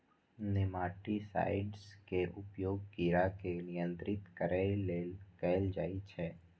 nematicides के उपयोग कीड़ा के नियंत्रित करै लेल कैल जाइ छै